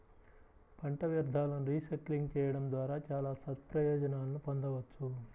పంట వ్యర్థాలను రీసైక్లింగ్ చేయడం ద్వారా చాలా సత్ప్రయోజనాలను పొందవచ్చు